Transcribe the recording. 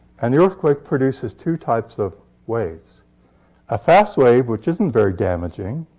and the earthquake produces two types of waves a fast wave, which isn't very damaging,